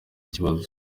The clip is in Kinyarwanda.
kibazo